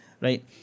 right